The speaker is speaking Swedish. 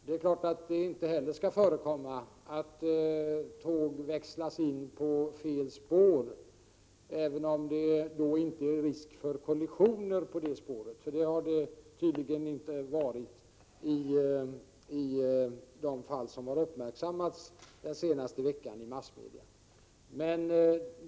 Det skall inte heller få förekomma att tåg växlas in på fel spår även om det inte är risk för kollisioner på det spåret. Det har det tydligen inte varit i de fall som har uppmärksammats i massmedia den senaste veckan.